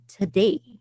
today